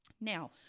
Now